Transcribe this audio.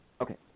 okay